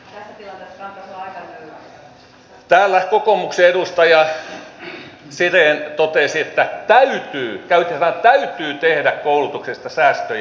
täällä kokoomuksen edustaja siren totesi että täytyy hän käytti sanaa täytyy tehdä koulutuksesta säästöjä